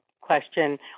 question